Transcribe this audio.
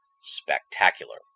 Spectacular